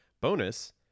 bonus